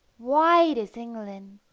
wide as england,